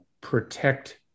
protect